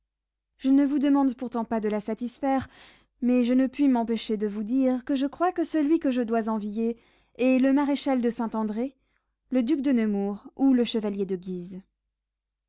je ne vous demande pourtant pas de la satisfaire mais je ne puis m'empêcher de vous dire que je crois que celui que je dois envier est le maréchal de saint-andré le duc de nemours ou le chevalier de guise